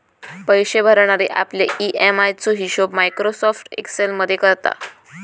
पैशे भरणारे आपल्या ई.एम.आय चो हिशोब मायक्रोसॉफ्ट एक्सेल मध्ये करता